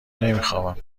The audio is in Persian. نمیخوابم